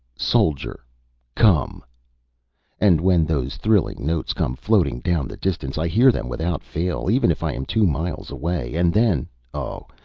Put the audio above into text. soldier come and when those thrilling notes come floating down the distance i hear them without fail, even if i am two miles away and then oh,